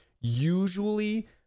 Usually